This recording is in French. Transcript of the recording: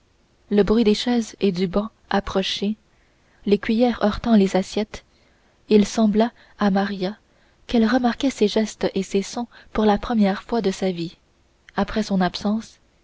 le bruit des chaises et du banc approchés les cuillers heurtant les assiettes il sembla à maria qu'elle remarquait ces gestes et ces sons pour la première fois de sa vie après son absence